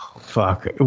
Fuck